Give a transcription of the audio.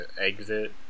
exit